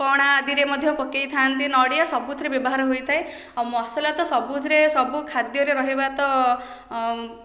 ପଣା ଆଦିରେ ମଧ୍ୟ ପକାଇଥାନ୍ତି ନଡ଼ିଆ ସବୁଥିରେ ବ୍ୟବହାର ହୋଇଥାଏ ଆଉ ମସଲା ତ ସବୁଥିରେ ସବୁ ଖାଦ୍ୟରେ ରହିବା ତ